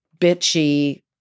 bitchy